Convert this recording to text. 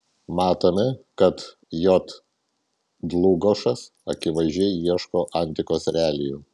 matome kad j dlugošas akivaizdžiai ieško antikos realijų